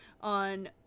on